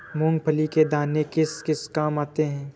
मूंगफली के दाने किस किस काम आते हैं?